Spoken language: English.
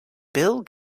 bill